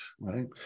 right